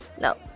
No